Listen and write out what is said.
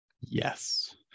Yes